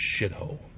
shithole